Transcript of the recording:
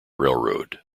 railroad